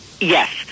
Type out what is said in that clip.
Yes